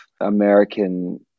American